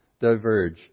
diverge